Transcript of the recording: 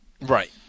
Right